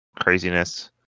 craziness